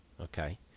Okay